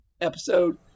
episode